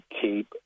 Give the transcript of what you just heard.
keep